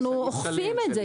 אנחנו אוכפים את זה.